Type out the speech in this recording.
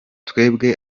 twebwe